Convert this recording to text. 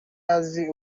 azi